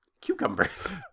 cucumbers